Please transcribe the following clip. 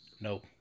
No